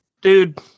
Dude